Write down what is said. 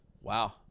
Wow